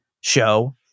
show